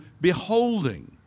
beholding